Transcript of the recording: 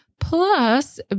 Plus